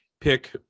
pick